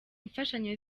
imfashanyo